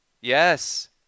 Yes